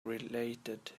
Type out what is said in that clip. related